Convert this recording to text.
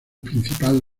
principal